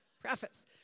Preface